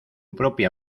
propia